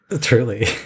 Truly